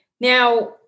now